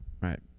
right